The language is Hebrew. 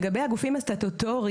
לגבי הגופים הסטטוטוריים,